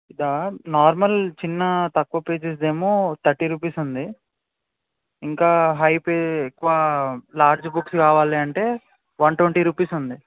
అది నార్మల్ చిన్న తక్కువ పేజెస్ది ఏమో థర్టీ రూపీస్ ఉంది ఇంకా హై పే ఎక్కువ లార్జ్ బుక్స్ కావాలి అంటే వన్ ట్వంటీ రూపీస్ ఉంది